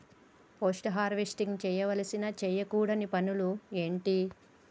Post harvesting చేయవలసిన చేయకూడని పనులు ఏంటి?